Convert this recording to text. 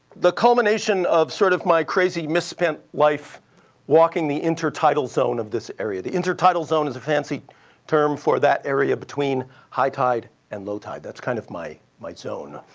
the culmination of sort of my crazy misspent life walking the intertidal zone of this area. the intertidal zone is a fancy term for that area between high tide and low tide. that's kind of my my zone.